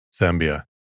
Zambia